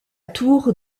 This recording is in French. tour